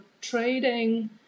trading